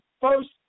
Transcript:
first